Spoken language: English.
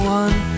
one